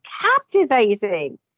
captivating